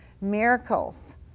Miracles